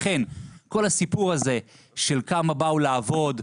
לכן כל הסיפור הזה של כמה באו לעבוד,